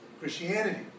Christianity